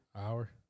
hour